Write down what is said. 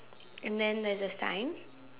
and then there's a sign